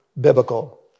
biblical